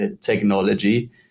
technology